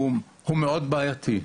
הוא מאוד בעייתי.